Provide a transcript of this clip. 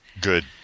Good